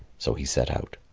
so he set out.